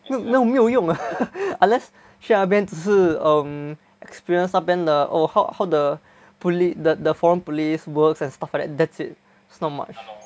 没有没有没有用 unless 去那边只是 um experience 那边的 how how the police the foreign police works and stuff like that that's it's not much